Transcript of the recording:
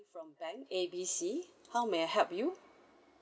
from bank A B C how may I help you